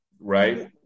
Right